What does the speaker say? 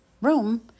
room